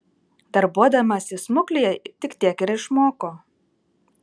darbuodamasi smuklėje tik tiek ir išmoko